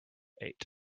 eight